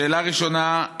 שאלה ראשונה,